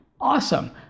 awesome